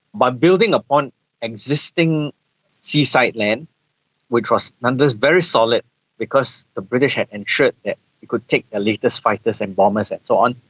by building upon existing seaside land which was nonetheless very solid because the british had ensured that it could take the latest fighters and bombers and so on.